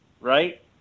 right